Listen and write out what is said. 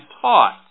taught